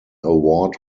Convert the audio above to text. award